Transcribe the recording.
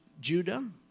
Judah